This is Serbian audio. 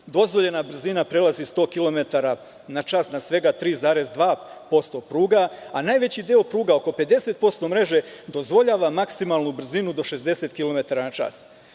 Dozvoljena brzina prelazi 100 kilometara na čas na svega 3,2% pruga, a najveći deo pruga, oko 50% mreže dozvoljava maksimalnu brzinu do 60 kilometara